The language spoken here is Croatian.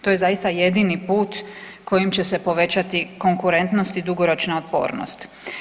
To je zaista jedini put kojim će se povećati konkurentnost i dugoročna otpornost.